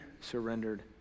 surrendered